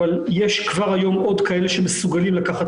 אבל יש כבר היום עוד כאלה שמסוגלים לקחת